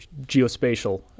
geospatial